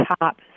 top